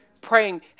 Praying